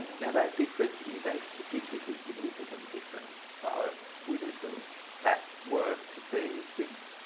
now that difference is a statistically significant difference, so we do some stats work to see is this